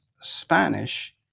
Spanish